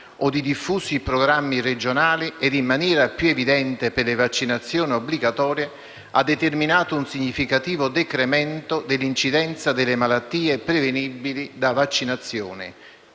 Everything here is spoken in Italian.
o di diffusi programmi regionali e in maniera più evidente per le vaccinazioni obbligatorie ha determinato un significativo decremento dell'incidenza delle malattie prevenibili da vaccinazione.